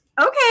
Okay